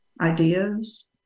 ideas